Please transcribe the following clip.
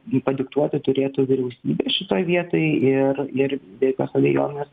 padiktuoti turėtų vyriausybė šitoj vietoj ir ir be jokios abejonės